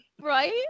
Right